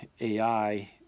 AI